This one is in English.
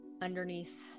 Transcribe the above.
underneath